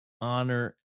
honor